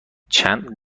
چند